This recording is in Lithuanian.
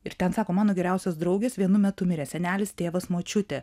ir ten sako mano geriausios draugės vienu metu mirė senelis tėvas močiutė